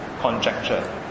conjecture